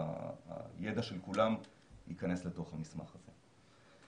הידע של כולם ייכנס לתוך המסמך הזה.